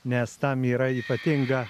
nes tam yra ypatinga